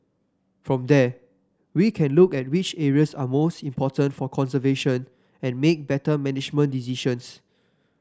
from there we can look at which areas are most important for conservation and make better management decisions